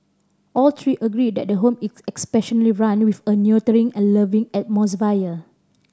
all three agree that the home is run with a nurturing and loving atmosphere